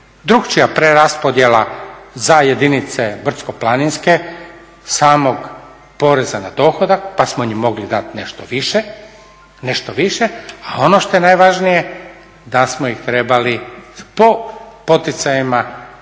Drugačija preraspodjela za jedinice brdsko planinske, samog poreza na dohodak, pa smo njima mogli dati nešto više, a ono što je najvažnije da smo ih trebali po poticajima iz